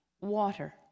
water